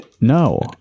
no